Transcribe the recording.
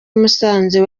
musanze